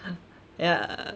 ya